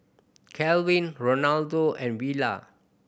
Kalvin Rolando and Villa